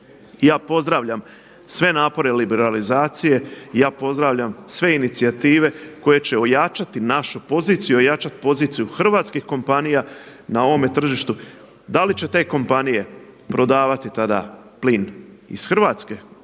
ja pozdravljam sve napore liberalizacije, ja pozdravljam sve inicijative koje će ojačati našu poziciju, ojačati poziciju hrvatskih kompanija na ovome tržištu. Da li će te kompanije prodavati tada plin iz Hrvatske